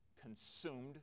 consumed